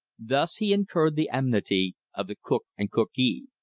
thus he incurred the enmity of the cook and cookee.